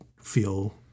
feel